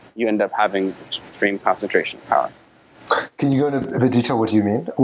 you end up having extreme concentration can you go to the detail what do you mean?